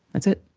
that's it.